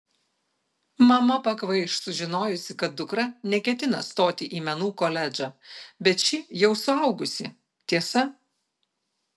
mama pakvaiš sužinojusi kad dukra neketina stoti į menų koledžą bet ši jau suaugusi tiesa